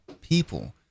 people